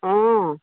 অঁ